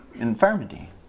infirmity